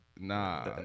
Nah